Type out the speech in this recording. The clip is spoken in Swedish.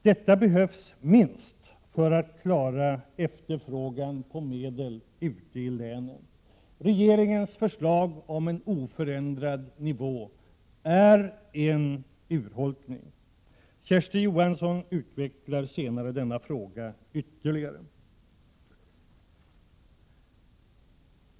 Det är vad som minst behövs för att klara efterfrågan på medel ute i länen. Regeringens förslag om en oförändrad nivå innebär en urholkning. Kersti Johansson utvecklar senare denna fråga ytterligare.